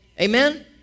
Amen